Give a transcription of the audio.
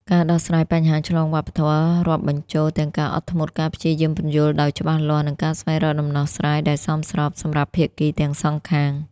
ការដោះស្រាយបញ្ហាឆ្លងវប្បធម៌ រាប់បញ្ចូលទាំងការអត់ធ្មត់ ការព្យាយាមពន្យល់ដោយច្បាស់លាស់ និងការស្វែងរកដំណោះស្រាយដែលសមស្របសម្រាប់ភាគីទាំងសងខាង។